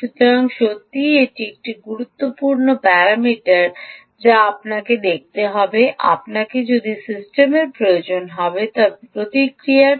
সুতরাং সত্যই এটি একটি গুরুত্বপূর্ণ প্যারামিটার যা আপনাকে দেখতে হবে আপনাকে যদি সিস্টেমের প্রয়োজন হয় তবে প্রতিক্রিয়ার